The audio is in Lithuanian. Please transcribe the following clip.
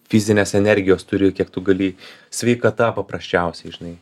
fizinės energijos turi kiek tu gali sveikata paprasčiausiai žinai